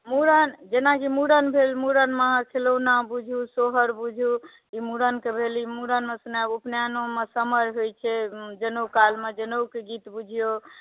मूरन जेना जे मूरन भेल मुरनमे खेलौना बुझू सोहर बुझू ई मूरन तऽ भेल मूरन मे सुनब उपनयन मे समर होइ छै जनौकालमे जनौके गीत बुझियौ